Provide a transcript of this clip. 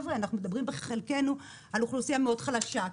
אנחנו מדברים חלקנו על אוכלוסייה מאוד חלשה,